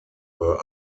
were